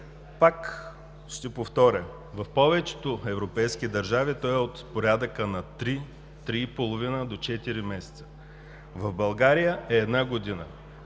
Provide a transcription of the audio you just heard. Пак ще повторя, в повечето европейски държави то е от порядъка на 3, 3 и половина до 4 месеца, в България е една година.